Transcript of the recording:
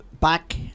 back